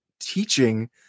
teaching